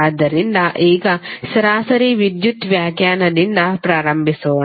ಆದ್ದರಿಂದ ಈಗ ಸರಾಸರಿ ವಿದ್ಯುತ್ ವ್ಯಾಖ್ಯಾನದಿಂದ ಪ್ರಾರಂಭಿಸೋಣ